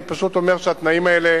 אני פשוט אומר שהתנאים האלה